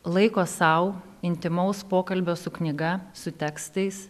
laiko sau intymaus pokalbio su knyga su tekstais